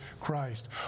Christ